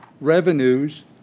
revenues